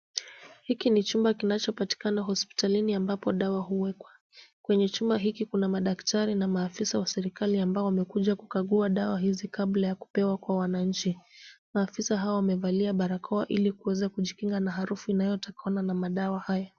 Hiki ni chumba kinachopatikana hospitalini ambapo dawa huwekwa. Kwenye chumba hiki kuna madaktari na maafisa wa serikali ambao wamekuja kukagua dawa hizi kabla ya kupewa kwa wananchi. Maafisa hawa wamevalia barakoa ili kuweza kujikinga na harufu inayotokana na madawa hayo.